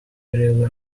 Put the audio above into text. really